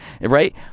Right